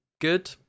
good